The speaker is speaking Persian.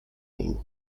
ایم